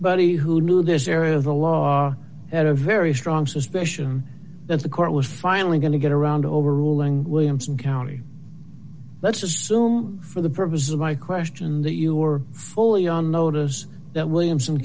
buddy who knew this area of the law had a very strong suspicion that the court was finally going to get around overruling williamson county let's assume for the purposes of my question that you were fully on notice that williamson